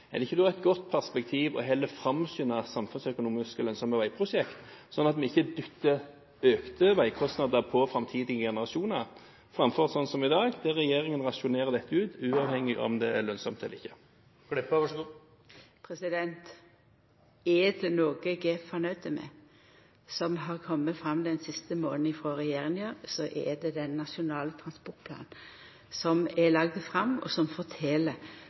Er det ikke da et godt perspektiv heller å framskynde samfunnsøkonomisk lønnsomme veiprosjekter, slik at vi ikke dytter økte veikostnader på framtidige generasjoner, framfor slik det er i dag, der regjeringen rasjonerer dette ut, uavhengig av om det er lønnsomt eller ikke? Er det noko eg er fornøydd med, som regjeringa har kome med den siste månaden, er det den nasjonale transportplanen som er lagd fram, og som